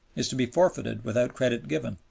is to be forfeited without credit given.